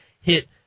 hit